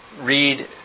read